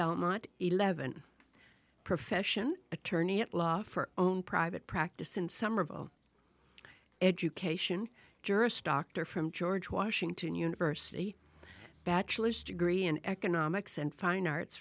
belmont eleven profession attorney at law for own private practice in somerville education jurist doctor from george washington university bachelor's degree in economics and fine arts